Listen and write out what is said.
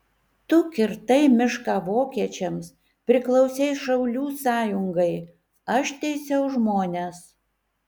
tu kirtai mišką vokiečiams priklausei šaulių sąjungai aš teisiau žmones